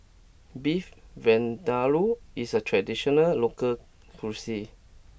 Beef Vindaloo is a traditional local cuisine